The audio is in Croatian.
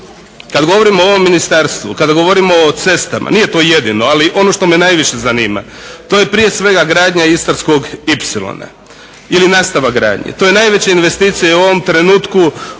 kad govorimo o ovom ministarstvu, kad govorimo o cestama, nije to jedino, ali ono što me najviše zanima to je prije svega gradnja Istarskog ipsilona ili nastavak gradnje. To je najveća investicija i u ovom trenutku u iznosu